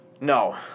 No